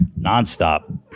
Nonstop